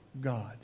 God